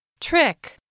trick